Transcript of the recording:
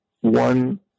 one